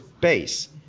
base